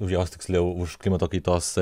už jos tiksliau už klimato kaitos